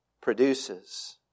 produces